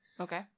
Okay